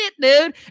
dude